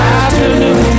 Afternoon